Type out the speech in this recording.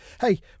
Hey